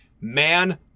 Man